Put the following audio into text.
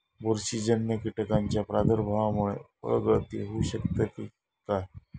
बुरशीजन्य कीटकाच्या प्रादुर्भावामूळे फळगळती होऊ शकतली काय?